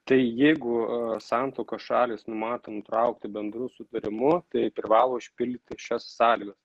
tai jeigu santuokos šalys numato nutraukti bendru sutarimu tai privalo išpildyti šias sąlygas